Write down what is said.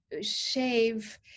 shave